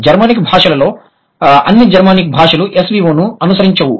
Germanic భాషలలో అన్ని Germanic భాషలు SVO ను అనుసరించవు